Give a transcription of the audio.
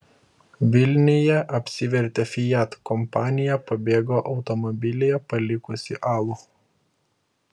vilniuje apsivertė fiat kompanija pabėgo automobilyje palikusi alų